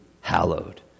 hallowed